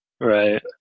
Right